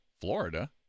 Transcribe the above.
Florida